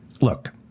Look